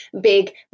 big